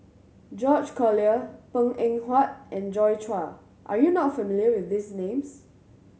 George Collyer Png Eng Huat and Joi Chua are you not familiar with these names